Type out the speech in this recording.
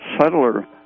subtler